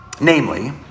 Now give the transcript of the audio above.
Namely